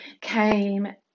came